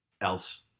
else